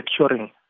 securing